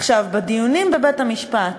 עכשיו, בבית-המשפט